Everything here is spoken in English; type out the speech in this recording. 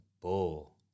bull